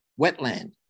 wetland